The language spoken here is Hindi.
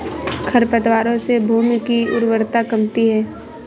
खरपतवारों से भूमि की उर्वरता कमती है